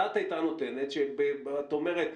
הדעת הייתה נותנת מה שאת אומרת,